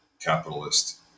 Capitalist